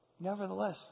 nevertheless